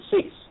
cease